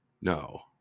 no